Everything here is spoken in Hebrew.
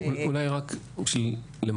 אולי רק למקד.